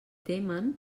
temen